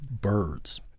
birds